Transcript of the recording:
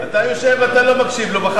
אתה יושב ואתה לא מקשיב לו ואחר כך,